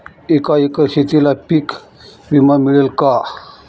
एका एकर शेतीला पीक विमा मिळेल का?